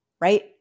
right